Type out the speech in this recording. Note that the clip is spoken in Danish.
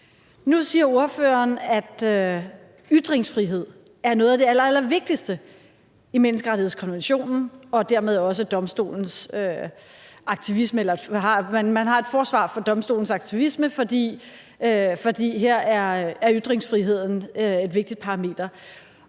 Nu siger ordføreren, at ytringsfrihed er noget af det allerallervigtigste i menneskerettighedskonventionen og dermed også i domstolens aktivisme – eller man har et forsvar for domstolens aktivisme, fordi her er ytringsfriheden et vigtigt parameter.